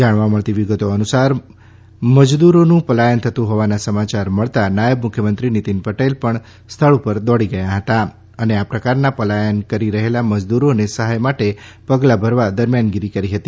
જાણવા મળતી વિગતો અનુસાર મજદૂરોનું પલાયન થતું હોવાના સમાચાર મળતા નાયબ મુખ્ય મંત્રી શ્રી નિતિન પટેલ પણ સ્થળ ઉપર દોડી ગયા હતા અને આ પ્રકારના પલાયન કરી રહેલા મજદૂરોને સહાય માટે પગલાં ભરવા દરમિયાનગિરિ કરી હતી